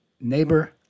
neighbor